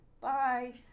Bye